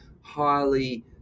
highly